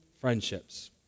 Friendships